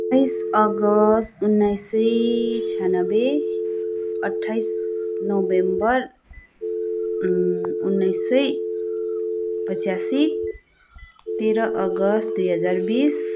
सत्ताइस अगस्त उन्नाइस सय छयान्नब्बे अठ्ठाइस नोभेम्बर उन्नाइस सय पचासी तेह्र अगस्त दुई दजार बिस